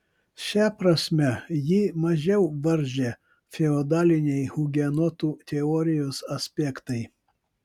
šia prasme jį mažiau varžė feodaliniai hugenotų teorijos aspektai